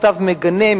מכתב מגנה,